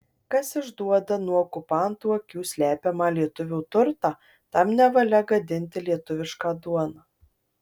kas išduoda nuo okupantų akių slepiamą lietuvio turtą tam nevalia gadinti lietuvišką duoną